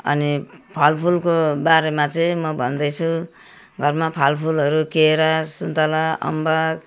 अनि फलफुलको बारेमा चाहिँ म भन्दै छु घरमा फलफुलहरू केरा सुन्तला अम्बक